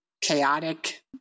chaotic